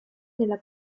nella